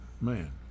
Man